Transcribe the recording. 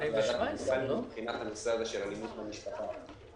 ועדת מנכ"לים לבחינת הנושא של אלימות במשפחה.